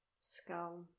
skull